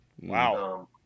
Wow